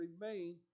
remain